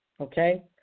okay